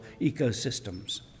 ecosystems